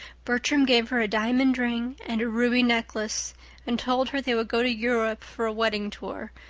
bertram gave her a diamond ring and a ruby necklace and told her they would go to europe for a wedding tour,